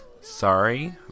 sorry